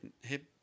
hip